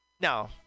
No